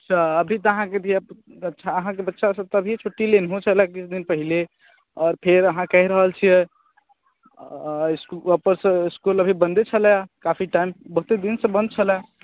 अच्छा अभी तऽ अहाँकेँ धिया पूता अच्छा अहाँकेँ बच्चा सब तऽ अभिए छुट्टी लेनेहो छलैया किछु दिन पहिले आओर फेर अहाँ कहि रहल छियै ऊपरसँ इसकुल अभी बंदे छलै काफी टाइम बहुते दिनसँ बंद छलैया